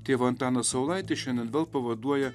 tėvą antaną saulaitį šiandien vėl pavaduoja